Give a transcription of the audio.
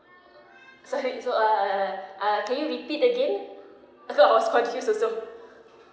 sorry so I I I ah can you repeat again because I was confused also